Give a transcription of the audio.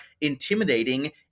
intimidating